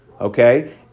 okay